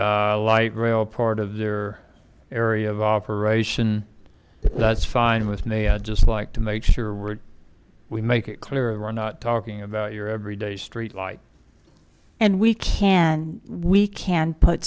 light rail part of their area of operation that's fine with me i'd just like to make sure we make it clear i'm not talking about your every day street light and we can we can put